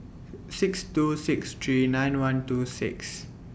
six two six three nine one two six